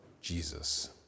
Jesus